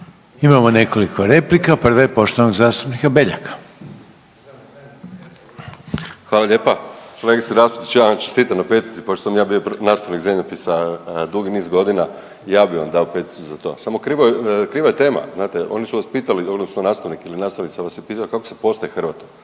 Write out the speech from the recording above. Imamo nekoliko replika, prva je poštovanog zastupnika Beljaka. **Beljak, Krešo (HSS)** Hvala lijepa. Kolegice Raspudić, ja vam čestitam na petici pošto sam ja bio nastavnik zemljopisa na dugi niz godina, i ja bi vam dao peticu za to, samo kriva je tema, znate, oni su vas pitali odnosno nastavnik ili nastavnica vas je pitala kako se postaje Hrvatom,